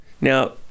Now